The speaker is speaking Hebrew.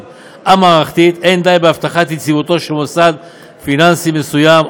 המערכתית אין די בהבטחת יציבותו של מוסד פיננסי מסוים,